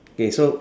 okay so